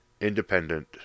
independent